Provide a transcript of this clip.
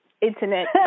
internet